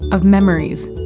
of memories,